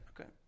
Okay